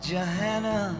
Johanna